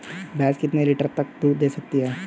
भैंस कितने लीटर तक दूध दे सकती है?